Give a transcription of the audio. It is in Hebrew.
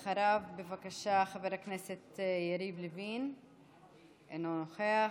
אחריו, בבקשה, חבר הכנסת יריב לוין, אינו נוכח.